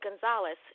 Gonzalez